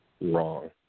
wrong